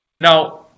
Now